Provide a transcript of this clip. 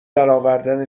درآوردن